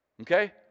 Okay